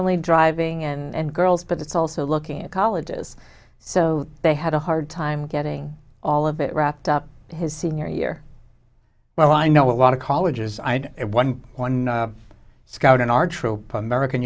only driving and girls but it's also looking at colleges so they had a hard time getting all of it wrapped up his senior year well i know a lot of colleges i had one one scout in our troop american